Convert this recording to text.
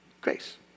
Grace